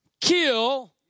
kill